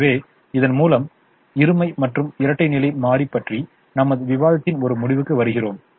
எனவே இதன் மூலம் இருமை மற்றும் இரட்டை நிலை மாறி பற்றிய நமது விவாதத்தின் ஒரு முடிவுக்கு வருகிறோம்